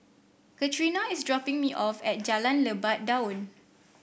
Catrina is dropping me off at Jalan Lebat Daun